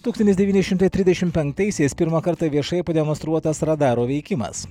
tūkstantis devyni šimtai trisdešimt penktaisiais pirmą kartą viešai pademonstruotas radaro veikimas